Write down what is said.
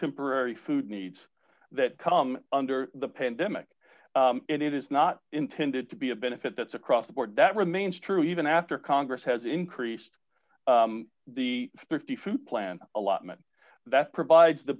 temporary food needs that come under the pandemic and it is not intended to be a benefit that's across the board that remains true even after congress has increased the speed of the food plan allotment that provides the